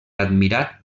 admirat